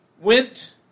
went